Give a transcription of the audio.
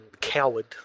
coward